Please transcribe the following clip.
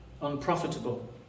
unprofitable